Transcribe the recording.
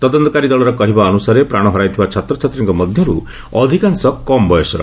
ତଦନ୍ତକାରୀ ଦଳର କହିବା ଅନୁସାରେ ପ୍ରାଣ ହରାଇଥିବା ଛାତ୍ରଛାତ୍ରୀଙ୍କ ମଧ୍ୟରୁ ଅଧିକାଂଶ କମ୍ ବୟସର